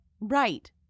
Right